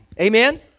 Amen